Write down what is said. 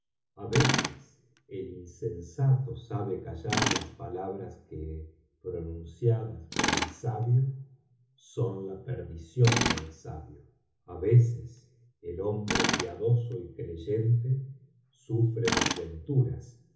a veces el insensato sabe callar las palabras que pronunciadas por el sabio son la perdición del sabio a veces el hombre piadoso y creyente sufre desventuras